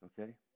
Okay